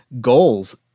goals